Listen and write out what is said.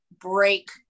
break